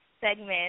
segment